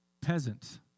peasant